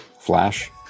Flash